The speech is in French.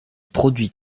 produit